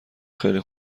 خیلی